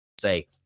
Say